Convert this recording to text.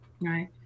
Right